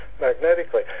magnetically